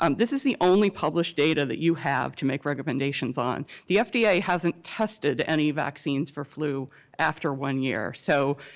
um this is the only published data that you have to make recommendations on. the fda hasn't tested any vaccines for flu after one year, so